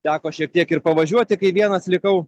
teko šiek tiek ir pavažiuoti kai vienas likau